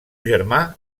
germà